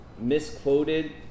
misquoted